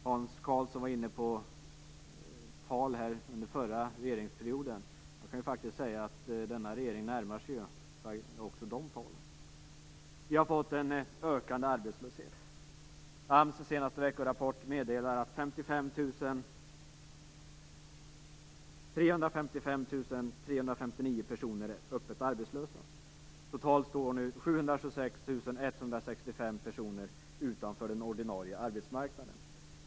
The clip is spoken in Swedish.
Hans Karlsson nämnde en del siffror från förra regeringsperioden. Man kan faktiskt säga att den nuvarande regeringen närmar sig också de talen. Vi har fått en ökande arbetslöshet. I AMS senaste veckorapport meddelas att 355 359 personer är öppet arbetslösa. Totalt står nu 726 165 personer utanför den ordinarie arbetsmarknaden.